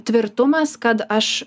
tvirtumas kad aš